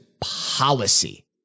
policy